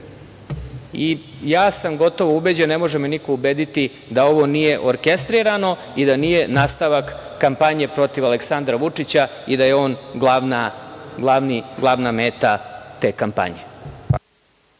Ja sam gotovo ubeđen i ne može me niko ubediti da ovo nije orkestrirano i da nije nastavak kampanje protiv Aleksandra Vučića i da je on glavna meta te kampanje.